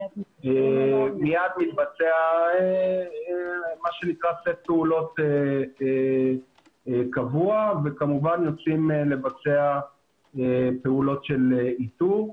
מיד מתבצע מה שנקרא סט פעולות קבוע וכמובן יוצאים לבצע פעולות של איתור.